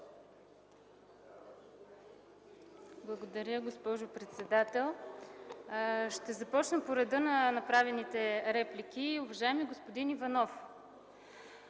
Благодаря, госпожо председател. Ще започна по реда на направените реплики. Уважаеми господин Иванов,